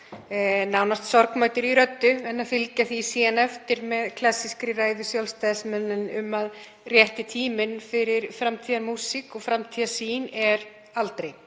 nánast sorgmæddri röddu, en fylgja því síðan eftir með klassískri ræðu Sjálfstæðismanna um að rétti tíminn fyrir framtíðarmúsík og framtíðarsýn sé aldrei.